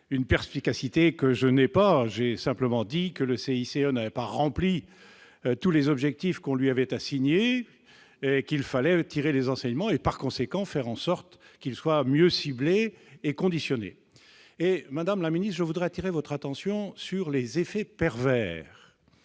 plus grande que la mienne ... J'ai simplement dit que le CICE n'avait pas atteint tous les objectifs qu'on lui avait assignés, qu'il fallait en tirer les enseignements et, par conséquent, faire en sorte que son octroi soit mieux ciblé et conditionné. Madame la ministre, je voudrais attirer votre attention sur les effets pervers